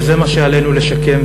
וזה מה שעלינו לשקם,